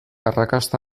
arrakasta